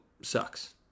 sucks